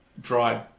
dried